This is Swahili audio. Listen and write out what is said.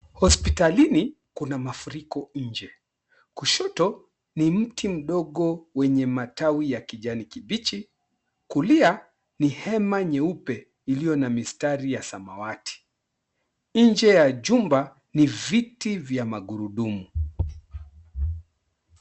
Hospitalini kuna mafuriko nje. Kushoto ni mti mdogo wenye matawi ya kijani kibichi, kulia ni hema nyeupe iliyo na mistari ya samawati. Nje ya jumba ni viti vya magurudumu.